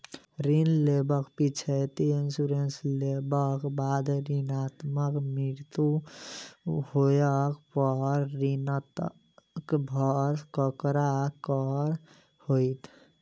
ऋण लेबाक पिछैती इन्सुरेंस लेबाक बाद ऋणकर्ताक मृत्यु होबय पर ऋणक भार ककरा पर होइत?